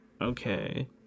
Okay